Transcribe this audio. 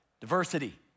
diversity